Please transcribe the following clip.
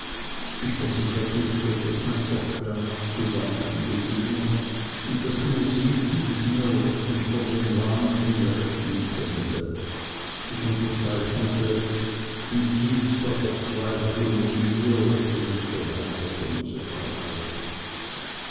ich versicherte ihr daß mein verstand zu wanken beginne und daß nur sie miß mills mich vor dem wahnsinn retten könnte ich unterzeichnete in tiefster verzweiflung ihr usw usw